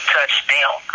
Touchdown